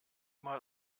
mal